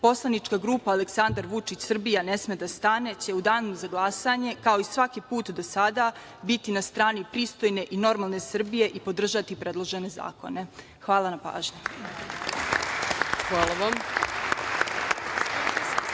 Poslanička grupa Aleksandar Vučić – Srbija ne sme da stane, će u danu za glasanje, kao i svaki put do sada biti na strani pristojne i normalne Srbije i podržati predložene zakone. Hvala na pažnji.